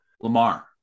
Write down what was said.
Lamar